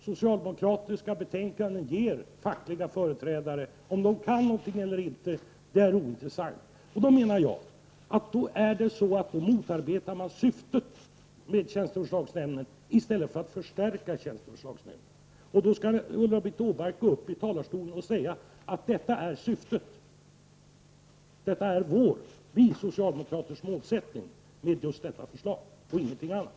Socialdemokratiska betänkanden gynnar fackliga företrädare — om de kan någonting eller inte är ointressant. Därmed motarbetar man syftet med tjänsteförslagsnämnden i stället för att förstärka den. Då skall Ulla-Britt Åbark gå upp i talarstolen och säga att det är socialdemokraternas målsättning med just detta förslag, och ingenting annat.